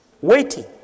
Waiting